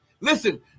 Listen